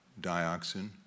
dioxin